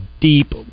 deep